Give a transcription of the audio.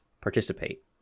participate